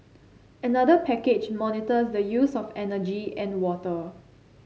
another package monitors the use of energy and water